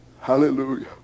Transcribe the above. Hallelujah